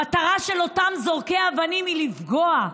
המטרה של אותם זורקי אבנים היא לפגוע,